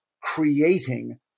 creating